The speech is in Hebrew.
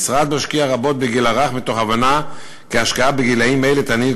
משנת 2005 ועד 2013 שכר הגננות עלה בשיעור של 31%,